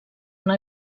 una